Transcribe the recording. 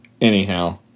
Anyhow